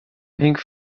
pink